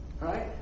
right